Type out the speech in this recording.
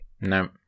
No